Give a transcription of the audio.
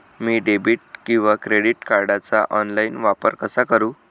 मी debit किंवा credit कार्डचा online वापर कसा करु?